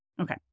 Okay